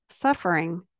Suffering